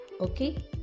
okay